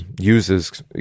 uses